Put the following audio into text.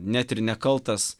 net ir nekaltas